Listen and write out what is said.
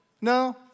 No